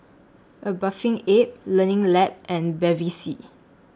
A Bathing Ape Learning Lab and Bevy C